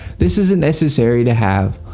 this isn't necessary to have.